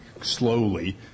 slowly